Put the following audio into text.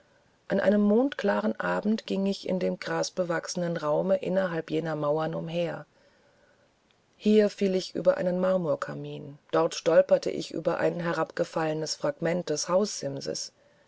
an einem mondklaren abend ging ich in dem grasbewachsenen raume innerhalb jener mauern umher hier fiel ich über einen marmorkamin dort stolperte ich über ein herabgefallenes fragment des